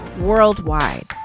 worldwide